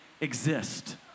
exist